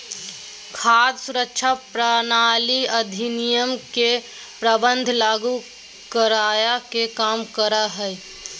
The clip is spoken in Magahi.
खाद्य सुरक्षा प्रणाली अधिनियम के प्रावधान लागू कराय के कम करा हइ